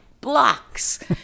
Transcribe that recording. blocks